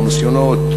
או ניסיונות,